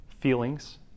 feelings